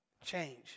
change